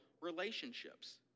relationships